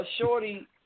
shorty